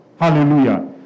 Hallelujah